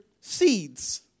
seeds